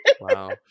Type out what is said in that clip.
Wow